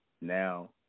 Now